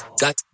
got